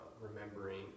remembering